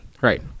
Right